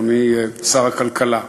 אדוני שר הכלכלה,